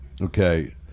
okay